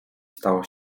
stało